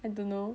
I don't know